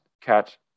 catch